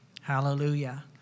Hallelujah